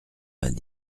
vingt